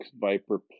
Viper